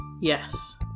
Yes